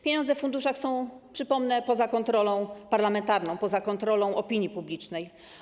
Pieniądze w funduszach, przypomnę, są poza kontrolą parlamentarną, poza kontrolą opinii publicznej.